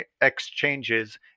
exchanges